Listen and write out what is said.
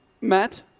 Matt